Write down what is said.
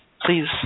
please